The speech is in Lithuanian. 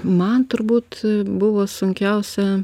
man turbūt buvo sunkiausia